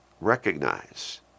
recognize